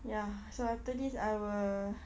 ya so after this I will